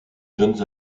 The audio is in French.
jeunes